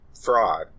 fraud